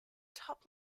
top